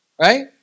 Right